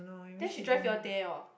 then she drive you all there oh